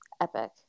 Epic